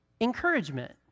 encouragement